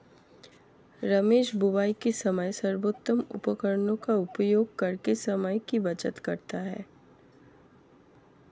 रमेश बुवाई के समय सर्वोत्तम उपकरणों का उपयोग करके समय की बचत करता है